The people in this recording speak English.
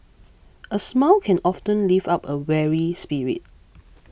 a smile can often lift up a weary spirit